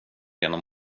genom